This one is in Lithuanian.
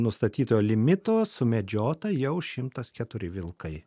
nustatyto limito sumedžiota jau šimtas keturi vilkai